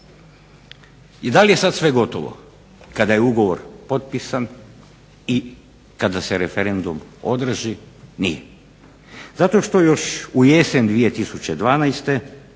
I da li je sad sve gotovo kada je ugovor potpisan i kada se referendum održi? Nije. Zato što još u jesen 2012.